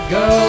go